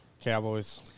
Cowboys